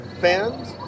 fans